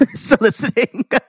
soliciting